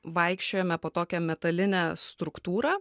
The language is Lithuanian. vaikščiojome po tokią metalinę struktūrą